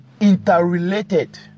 interrelated